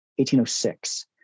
1806